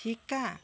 শিকা